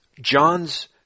Johns